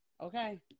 Okay